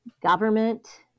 government